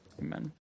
amen